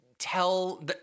Tell